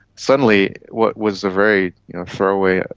suddenly what was a very throwaway,